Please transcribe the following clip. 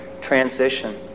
transition